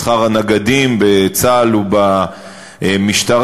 שכר הנגדים בצה"ל ובמשטרה.